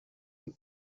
your